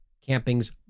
camping's